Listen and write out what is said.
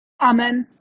amen